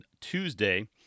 Tuesday